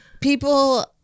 people